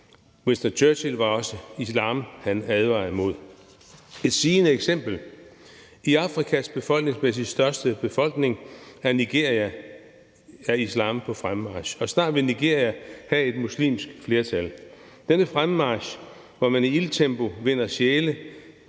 Churchill advarede imod. Jeg har et sigende eksempel. I Afrikas befolkningsmæssigt største land, Nigeria, er islam på fremmarch, og snart vil Nigeria have et muslimsk flertal. Denne fremmarch, hvor man i iltempo vinder sjæle,